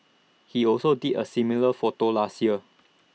he also did A similar photo last year